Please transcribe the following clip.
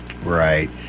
Right